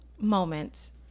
moments